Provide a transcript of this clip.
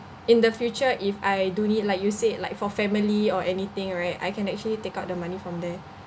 in the future if I do need like you said like for family or anything right I can actually take out the money from there